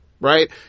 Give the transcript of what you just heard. right